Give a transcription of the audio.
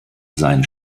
sein